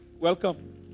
Welcome